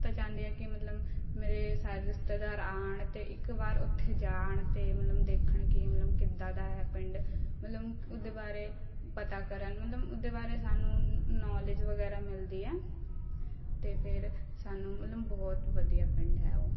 ਤਾਂ ਚਾਹੁੰਦੀ ਹਾਂ ਕਿ ਮਤਲਬ ਮੇਰੇ ਸਾਰੇ ਰਿਸ਼ਤੇਦਾਰ ਆਉਣ ਅਤੇ ਇੱਕ ਵਾਰ ਉੱਥੇ ਜਾ ਆਉਣ ਅਤੇ ਮਤਲਬ ਦੇਖਣ ਕਿ ਮਤਲਬ ਕਿੱਦਾਂ ਦਾ ਹੈ ਪਿੰਡ ਮਤਲਬ ਉਹਦੇ ਬਾਰੇ ਪਤਾ ਕਰਨ ਮਤਲਬ ਉਹਦੇ ਬਾਰੇ ਸਾਨੂੰ ਨੌਲੇਜ ਵਗੈਰਾ ਮਿਲਦੀ ਹੈ ਅਤੇ ਫਿਰ ਸਾਨੂੰ ਮਤਲਬ ਬਹੁਤ ਵਧੀਆ ਪਿੰਡ ਹੈ ਉਹ